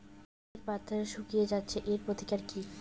মরিচের পাতা শুকিয়ে যাচ্ছে এর প্রতিকার কি?